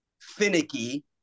finicky